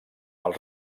els